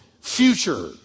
future